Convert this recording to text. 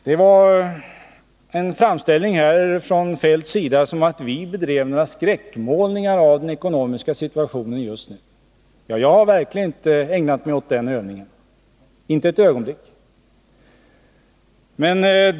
Kjell-Olof Feldt framställde saken så, att man fick ett intryck av att regeringen skulle göra skräckmålningar av den ekonomiska situationen just nu. Jag har verkligen inte ägnat mig åt den övningen — inte för ett ögonblick.